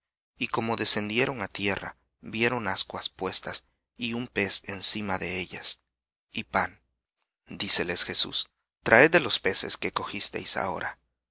y como descendieron á tierra vieron ascuas puestas y un pez encima de ellas y pan díceles jesús traed de los peces que cogisteis ahora